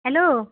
hello